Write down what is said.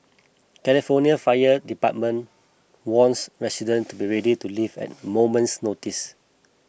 California Fire Department warns residents to be ready to leave at moment's notice